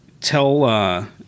tell